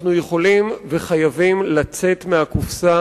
אנחנו יכולים וחייבים לצאת מהקופסה